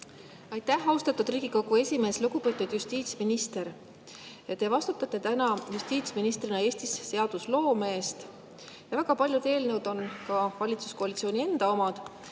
Aitäh, austatud Riigikogu esimees! Lugupeetud justiitsminister! Te vastutate täna justiitsministrina Eestis seadusloome eest. Väga paljud eelnõud on valitsuskoalitsiooni enda omad.